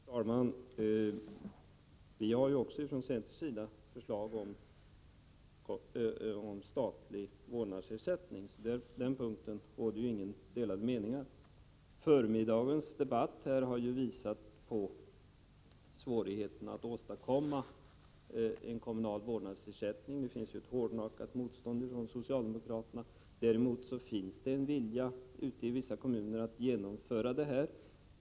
Fru talman! Vi har också från centerns sida förslag om statlig vårdnadsersättning, så på den punkten råder inga delade meningar. Förmiddagens debatt här har visat på svårigheterna att åstadkomma en statlig vårdnadsersättning. Det finns ett hårdnackat motstånd från socialdemokraterna. Däremot finns det en vilja ute i vissa kommuner att genomföra kommunal vårdnadsersättning.